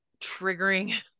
triggering